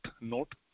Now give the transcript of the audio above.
note